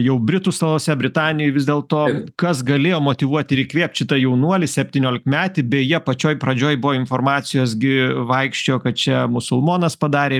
jau britų salose britanijoj vis dėl to kas galėjo motyvuot ir įkvėpt šitą jaunuolį septyniolikmetį beje pačioj pradžioj buvo informacijos gi vaikščiojo kad čia musulmonas padarė